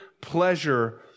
pleasure